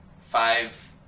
five